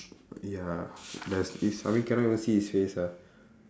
ya there's this I mean cannot even see his face ah